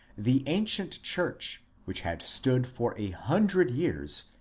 the ancient church, which had stood for a hundred years,